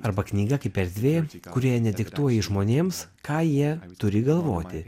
arba knyga kaip erdvė kurioje nediktuoji žmonėms ką jie turi galvoti